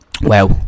wow